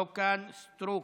לא כאן, סטרוק,